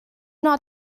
not